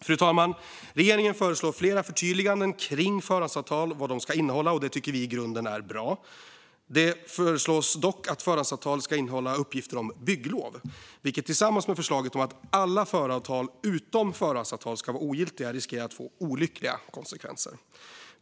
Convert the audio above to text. Fru talman! Regeringen föreslår flera tydliggöranden av vad ett förhandsavtal ska innehålla, och det tycker vi i grunden är bra. Det föreslås dock att förhandsavtalet ska innehålla uppgifter om bygglov, vilket tillsammans med förslaget om att alla föravtal förutom förhandsavtal ska vara ogiltiga riskerar att få olyckliga konsekvenser.